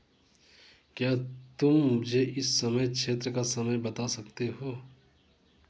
क्या तुम मुझे इस समय क्षेत्र का समय बता सकते हो